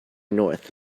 north